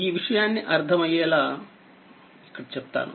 ఈ విషయాన్నిఅర్ధమయ్యేలా చెప్తాను